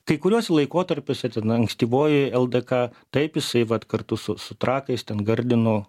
kai kuriuose laikotarpiuose ten ankstyvoji ldk taip jisai vat kartu su su trakais ten gardinu